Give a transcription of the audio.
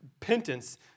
repentance